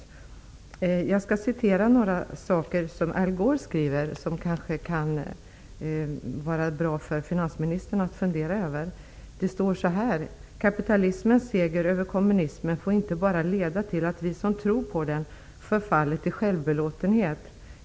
Ur Al Gores bok skall jag citera några saker som det kanske kan vara bra för finansministern att fundera över: -- ''kapitalismens seger över kommunismen får inte bara leda till att vi som tror på den förfaller till självbelåtenhet.